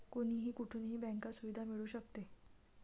कोणीही कुठूनही बँक सुविधा मिळू शकते